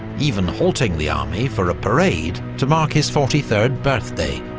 even halting the army for a parade to mark his forty third birthday.